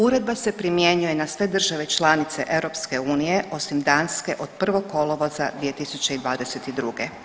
Uredba se primjenjuje na sve države članice EU osim Danske od 1. kolovoza 2022.